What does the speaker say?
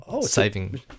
saving